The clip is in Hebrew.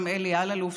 גם אלי אלאלוף,